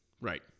Right